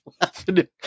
laughing